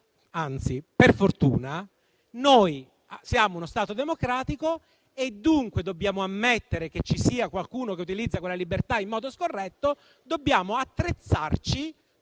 anzi per fortuna, siamo uno Stato democratico e dunque dobbiamo ammettere che ci sia qualcuno che utilizza quella libertà in modo scorretto e dobbiamo attrezzarci